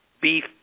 beef